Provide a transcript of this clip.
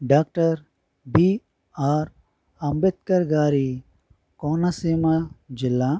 doctor B R Ambedkar గారి కోనసీమ జిల్లా